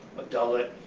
dullard,